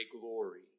glory